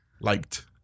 Liked